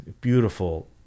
beautiful